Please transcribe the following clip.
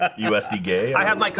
ah usd gay i and like i